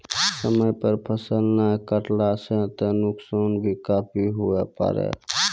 समय पर फसल नाय कटला सॅ त नुकसान भी काफी हुए पारै